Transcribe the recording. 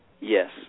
Yes